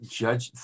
judge